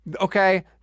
Okay